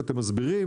ואתם מסבירים